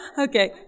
Okay